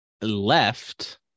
left